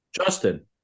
Justin